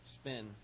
spin